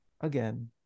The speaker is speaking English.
again